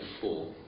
four